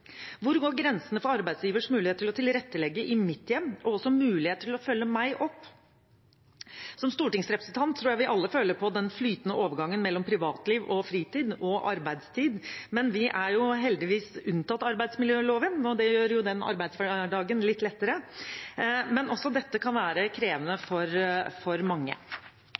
Hvor går grensene for arbeidsgivers mulighet til å tilrettelegge i mitt hjem og også mulighet til å følge meg opp? Som stortingsrepresentanter tror jeg vi alle føler på den flytende overgangen mellom privatliv og fritid og arbeidstid, men vi er heldigvis unntatt arbeidsmiljøloven, og det gjør jo arbeidsdagen litt lettere. Men også dette kan være krevende for mange. Så er det mange